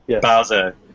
Bowser